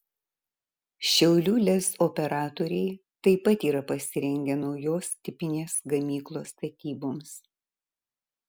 šiaulių lez operatoriai taip pat yra pasirengę naujos tipinės gamyklos statyboms